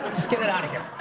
just get it out of here.